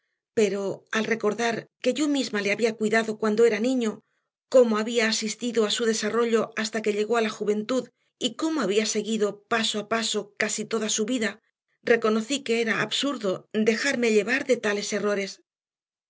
pero al recordar que yo misma le había cuidado cuando era niño cómo había asistido a su desarrollo hasta que llegó a la juventud y cómo había seguido paso a paso casi toda su vida reconocí que era absurdo dejarme llevar de tales errores